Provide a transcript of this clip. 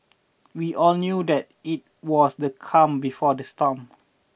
we all knew that it was the calm before the storm